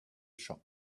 shop